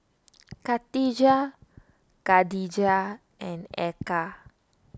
Khadija Katijah and Eka